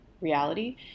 reality